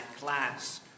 class